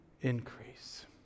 increase